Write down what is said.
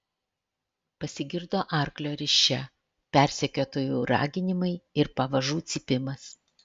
pasigirdo arklio risčia persekiotojų raginimai ir pavažų cypimas